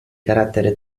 carattere